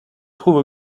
trouve